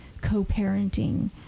co-parenting